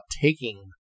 taking